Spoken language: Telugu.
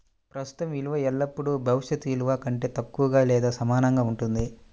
ప్రస్తుత విలువ ఎల్లప్పుడూ భవిష్యత్ విలువ కంటే తక్కువగా లేదా సమానంగా ఉంటుంది